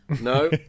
No